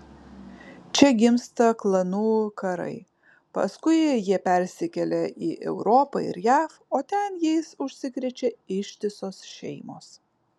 čia gimsta klanų karai paskui jie persikelia į europą ir jav o ten jais užsikrečia ištisos šeimos